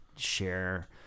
share